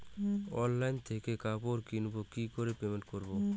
Online থেকে কাপড় কিনবো কি করে পেমেন্ট করবো?